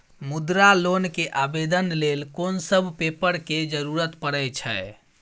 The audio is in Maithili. मुद्रा लोन के आवेदन लेल कोन सब पेपर के जरूरत परै छै?